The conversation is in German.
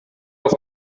auf